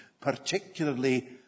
particularly